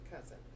cousin